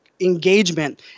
Engagement